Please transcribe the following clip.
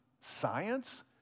science